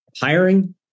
hiring